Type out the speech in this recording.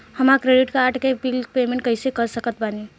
हमार credit card के bill payment कइसे कर सकत बानी?